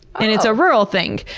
and it's a rural thing.